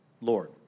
Lord